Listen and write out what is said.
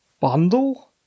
...bundle